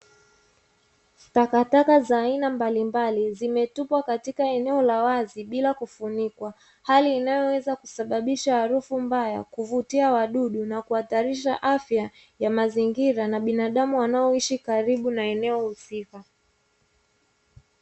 Takataka za aina mbalimbali zimetupwa katika eneo la wazi bila kufunikwa, hali inayoweza kusababisha harufu mbaya, kuvutia wadudu na kuhatarisha afya ya mazingira na binadamu wanaoishi karibu na eneo husika.